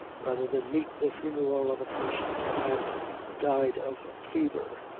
rather than meet the funeral of a person who had died of fever,